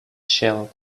shell